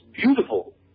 beautiful